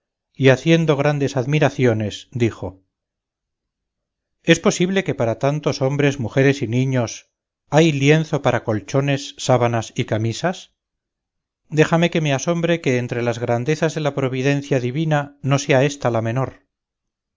y haciendo grandes admiraciones dijo es posible que para tantos hombres mujeres y niños hay lienzo para colchones sábanas y camisas déjame que me asombre que entre las grandezas de la providencia divina no sea ésta la menor